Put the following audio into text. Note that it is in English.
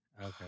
Okay